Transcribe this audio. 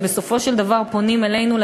ובסופו של דבר פונים אלינו,